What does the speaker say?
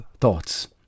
thoughts